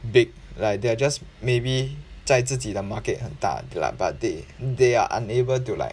big like they are just maybe 在自己的 market 很大 but they they are unable to like